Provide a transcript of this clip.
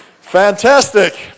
Fantastic